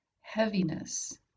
heaviness